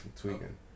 tweaking